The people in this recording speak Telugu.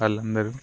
వాళ్ళందరూ